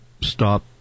stop